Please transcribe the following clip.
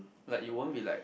like you won't be like